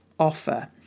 Offer